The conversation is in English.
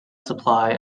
supply